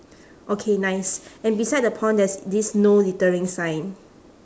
okay nice and beside the pond there's this no littering sign